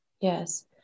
yes